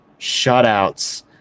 shutouts